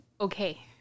okay